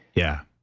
yeah.